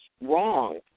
wrong